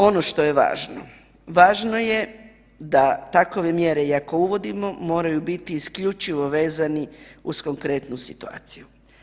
Ono što je važno, važno je da takove mjere i ako uvodimo moraju biti isključivo vezani uz konkretnu situaciju.